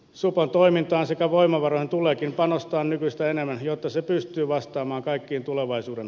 sopan toimintaan sekä voimavaran tuleekin panostaa nykyistä enemmän jotta se pystyy vastaamaan kaikkiin tulevaisuuden